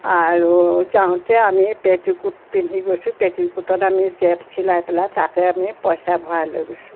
আৰু যাওঁতে আমি পেটিকুট পিন্ধি গৈছোঁ পেটিকুটত আমি জেপ চিলাই পেলাই তাতে আমি পইচা ভৰাই লৈ গৈছোঁ